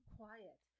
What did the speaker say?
quiet